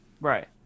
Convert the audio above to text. Right